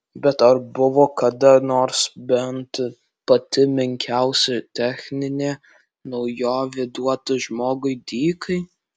bet ar buvo kada nors bent pati menkiausia techninė naujovė duota žmogui dykai